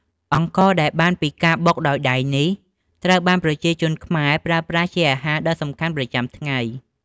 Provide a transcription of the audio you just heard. អង្ករដែលបានពីការបុកដោយដៃនេះ ត្រូវបានប្រជាជនខ្មែរប្រើប្រាស់ជាអាហារដ៏សំខាន់ប្រចាំថ្ងៃ។